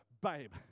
babe